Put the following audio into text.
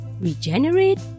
regenerate